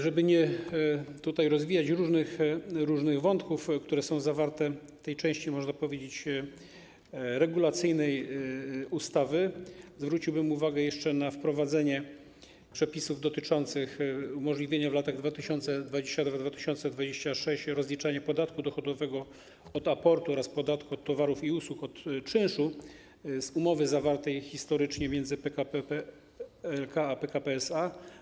Żeby nie rozwijać tutaj różnych wątków, które są zawarte w tej części, można powiedzieć, regulacyjnej ustawy, zwróciłbym uwagę jeszcze na wprowadzenie przepisów dotyczących umożliwienia w latach 2020-2026 rozliczenia podatku dochodowego od aportu oraz podatku od towarów i usług od czynszu z umowy zawartej historycznie między PKP PLK a PKP SA.